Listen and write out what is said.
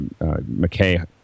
McKay